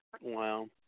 Wow